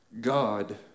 God